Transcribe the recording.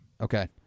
Okay